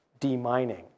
demining